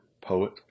poet